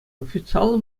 официаллӑ